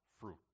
fruit